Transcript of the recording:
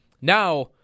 Now